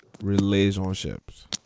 relationships